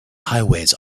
highways